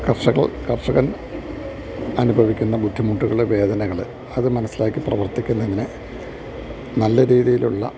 കർഷകൾ കർഷകൻ അനുഭവിക്കുന്ന ബുദ്ധിമുട്ടുകൾ വേദനകൾ അത് മനസ്സിലാക്കി പ്രവർത്തിക്കുന്നതിന് നല്ല രീതിയിൽ ഉള്ള